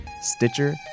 Stitcher